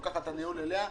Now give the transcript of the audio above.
לוקחת את הניהול עליה,